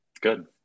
Good